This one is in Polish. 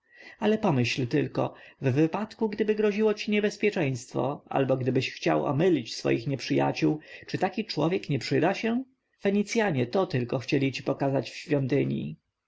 ale pomyśl tylko w wypadku gdyby groziło ci niebezpieczeństwo albo gdybyś chciał omylić swoich nieprzyjaciół czy taki człowiek nie przyda się fenicjanie to tylko chcieli pokazać ci w świątyni